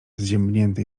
zziębnięte